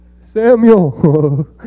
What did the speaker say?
Samuel